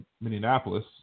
Minneapolis